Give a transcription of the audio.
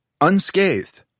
unscathed